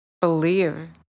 believe